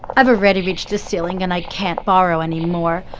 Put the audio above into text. i've already reached the ceiling and i can't borrow any more.